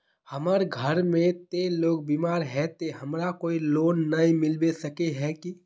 हमर घर में ते लोग बीमार है ते हमरा कोई लोन नय मिलबे सके है की?